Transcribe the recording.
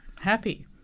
happy